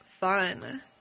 fun